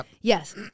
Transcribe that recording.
yes